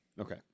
Okay